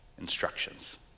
instructions